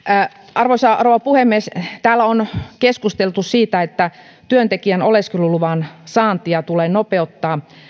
arvoisa rouva puhemies täällä on keskusteltu siitä että työntekijän oleskeluluvan saantia tulee nopeuttaa